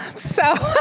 so,